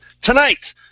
Tonight